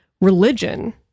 Religion